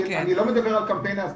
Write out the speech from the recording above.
אני לא מדבר על קמפיין ההסברה,